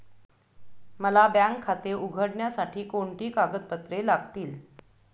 मला बँक खाते उघडण्यासाठी कोणती कागदपत्रे लागतील?